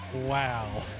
Wow